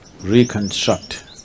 reconstruct